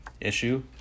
issue